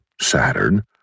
Saturn